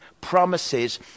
promises